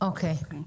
אוקי.